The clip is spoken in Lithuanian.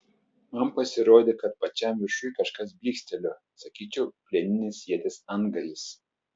man pasirodė kad pačiam viršuj kažkas blykstelėjo sakyčiau plieninis ieties antgalis